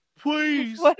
Please